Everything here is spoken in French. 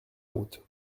route